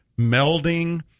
melding